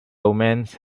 omens